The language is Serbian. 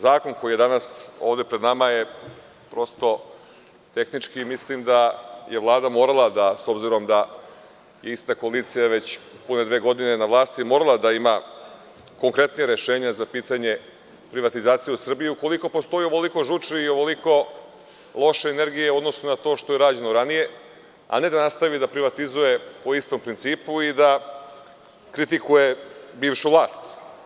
Zakon koji je danas ovde pred nama je prosto tehnički i mislim da je Vlada morala, s obzirom da ista koalicija već je pune dve godine na vlasti, morala je da ima konkretnija rešenja za pitanje privatizacije u Srbiji ukoliko postoji ovoliko žuči i ovoliko loše energije u odnosu na to što je rađeno ranije, a ne da nastavi da privatizuje po istom principu i da kritikuje bivšu vlast.